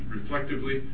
reflectively